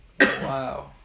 Wow